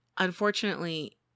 Unfortunately